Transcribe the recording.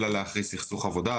אלא להכריז סכסוך עבודה,